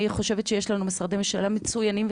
אני חושבת שיש לנו משרדי ממשלה מצוינים,